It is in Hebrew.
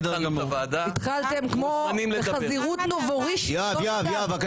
התחלתם בחזירות נובורישית, לא סתם.